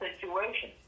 situation